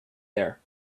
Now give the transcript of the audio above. there